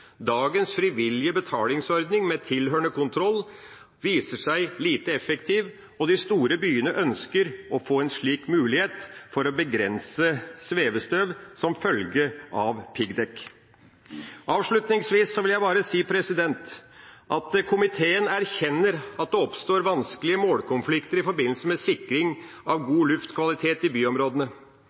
Dagens frivillige betalingsordning med tilhørende kontroll viser seg lite effektiv, og de store byene ønsker å få en slik mulighet for å begrense svevestøv som følge av piggdekk. Avslutningsvis vil jeg bare si at komiteen erkjenner at det oppstår vanskelige målkonflikter i forbindelse med sikring av god luftkvalitet i byområdene.